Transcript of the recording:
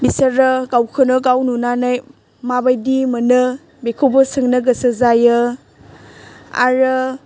बिसोरो गावखौनो गाव नुनानै माबायदि मोनो बेखौबो सोंनो गोसो जायो आरो